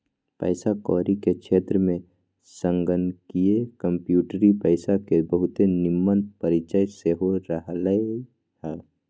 पइसा कौरी के क्षेत्र में संगणकीय कंप्यूटरी पइसा के बहुते निम्मन परिचय सेहो रहलइ ह